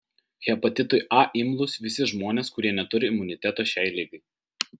hepatitui a imlūs visi žmonės kurie neturi imuniteto šiai ligai